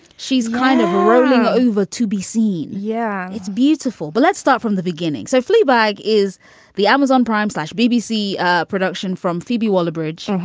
she's kind of rolling over to be seen. yeah, it's beautiful. but let's start from the beginning. so fleabag is the amazon prime slash bbc ah production from phoebe walbridge.